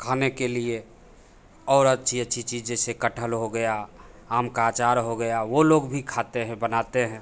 खाने के लिए और अच्छी अच्छी चीज़ जैसे कटहल हो गया आम का अचार हो गया वह लोग भी खाते हैं बनाते हैं